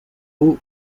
hauts